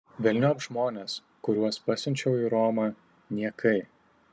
velniop žmones kuriuos pasiunčiau į romą niekai